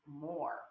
more